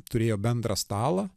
turėjo bendrą stalą